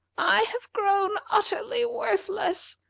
i have grown utterly worthless,